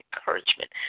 encouragement